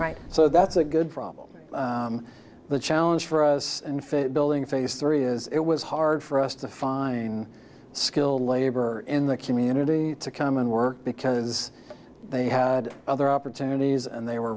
right so that's a good problem the challenge for us and fit building phase three is it was hard for us to find skilled labor in the community to come and work because they had other opportunities and they were